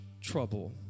trouble